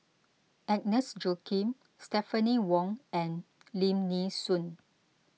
Agnes Joaquim Stephanie Wong and Lim Nee Soon